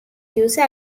user